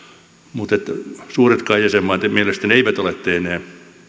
mutta suuretkaan jäsenmaat mielestäni eivät ole tehneet